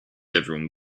everyone